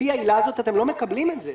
לפי העילה הזאת אתם לא מקבלים את זה.